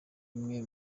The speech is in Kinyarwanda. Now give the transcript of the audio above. imwe